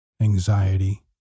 anxiety